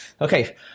Okay